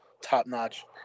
top-notch